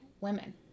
women